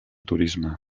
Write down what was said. turisme